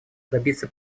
добиться